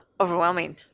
overwhelming